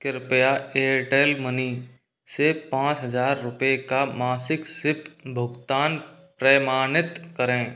कृपया Airtel money से पाँच हज़ार रुपये का मासिक सिप भुगतान प्रमाणित करें